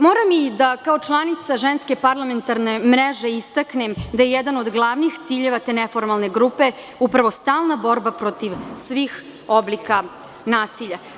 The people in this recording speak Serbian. Moram i da kao članica Ženske parlamentarne mreže istaknem da je jedan od glavnih ciljeva te neformalne grupe upravo stalna borba protiv svih oblika nasilja.